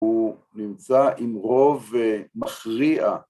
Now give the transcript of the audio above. ‫הוא נמצא עם רוב מכריע.